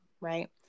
right